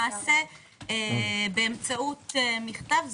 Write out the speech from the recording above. באמצעות מכתב,